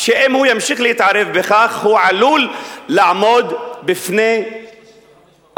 שאם הוא ימשיך להתערב בכך הוא עלול לעמוד בפני החוק,